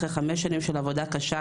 אחרי חמש שנים של עבודה קשה,